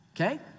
Okay